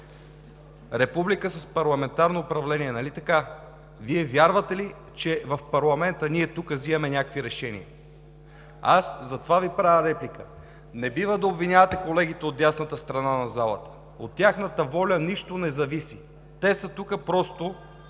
република с парламентарно управление, нали така? Вие вярвате ли, че в парламента ние тук вземаме някакви решения? Аз затова Ви правя реплика – не бива да обвинявате колегите от дясната страна на залата. От тяхната воля нищо не зависи. Те са тук просто